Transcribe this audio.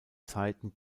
zeiten